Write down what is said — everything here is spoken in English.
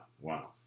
Wow